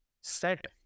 set